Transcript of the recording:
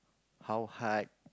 how hard